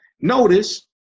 Notice